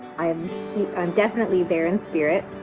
i am um definitely there in spirit.